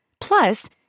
Plus